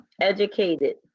educated